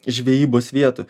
žvejybos vietų